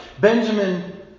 Benjamin